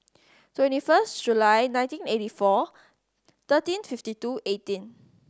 twenty first Jul nineteen eighty four thirteen fifty two eighteen